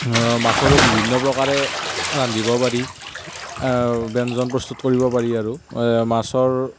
মাছৰো বিভিন্ন প্ৰকাৰে ৰান্ধিব পাৰি ব্যঞ্জন প্ৰস্তুত কৰিব পাৰি আৰু মাছৰ